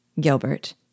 Gilbert